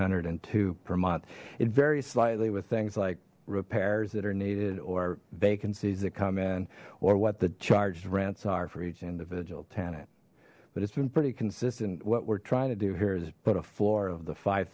hundred and two per month it varies slightly with things like repairs that are needed or vacancies that come in or what the charged rents are for each individual tenant but it's been pretty consistent what we're trying to do here is put a floor of the five